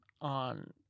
on